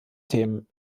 themen